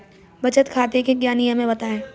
बचत खाते के क्या नियम हैं बताएँ?